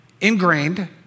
ingrained